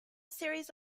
series